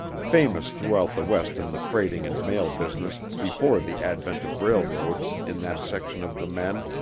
famous throughout the west in the freighting and mail business before the advent of railroads in that section of the men,